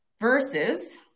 verses